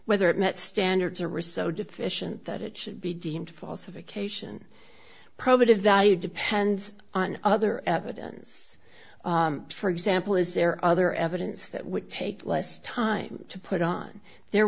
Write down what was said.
whether it met standards a result deficient that it should be deemed false a vacation probative value depends on other evidence for example is there other evidence that would take less time to put on there